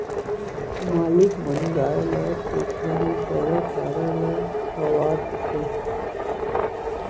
मालिक मन गाय ल कोठा म पैरा चारा ल खवा देथे